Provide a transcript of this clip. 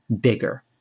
bigger